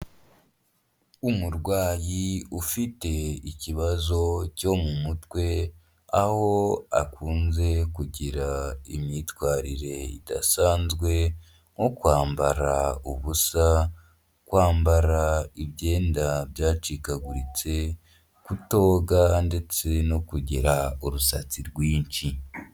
umurwayi ufite ikibazo cyo mu mutwe aho akunze kugira imyitwarire idasanzwe nko kwambara ubusa kwambara imyenda byacigaguritse kutoga ndetse no kugira urusake rwinshi